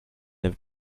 have